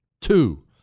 Two